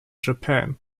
japan